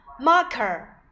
Marker